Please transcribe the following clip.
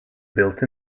built